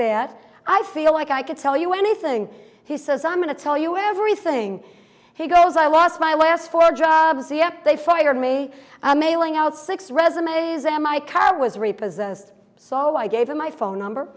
that i feel like i could sell you anything he says i'm going to tell you everything he goes i lost my last four jobs yep they fired me mailing out six resumes and my car was repossessed so i gave him my phone number